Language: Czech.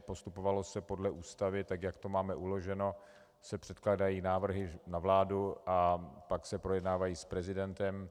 Postupovalo se podle Ústavy, jak to máme uloženo, předkládají se návrhy na vládu a pak se projednávají s prezidentem.